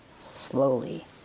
slowly